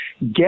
get